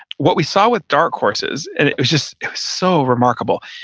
what we saw with dark horses, and it was just so remarkable,